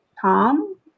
Tom